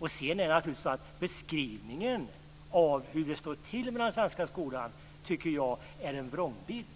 Jag tycker att beskrivningen av hur det står till med den svenska skolan är en vrångbild.